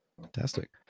Fantastic